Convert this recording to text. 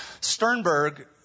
Sternberg